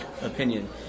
opinion